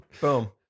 Boom